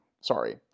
sorry